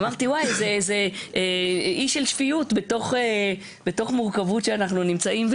אמרתי: איזה אי של שפיות בתוך המורכבות שבה אנחנו נמצאים.